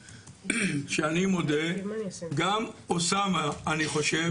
אפשר יהיה להסתפק באיזוק אלקטרוני ולפעמים גם אנחנו נגיד מראש,